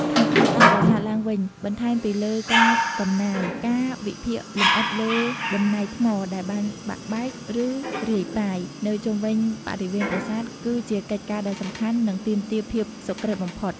ក្នុងការស្ដារប្រាសាទឡើងវិញ បន្ថែមពីលើការកំណាយ ការវិភាគលម្អិតលើបំណែកថ្មដែលបានបាក់បែក ឬរាយប៉ាយ នៅជុំវិញបរិវេណប្រាសាទ គឺជាកិច្ចការដ៏សំខាន់ និងទាមទារភាពសុក្រិត្យបំផុត។